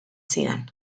zidan